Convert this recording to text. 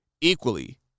equally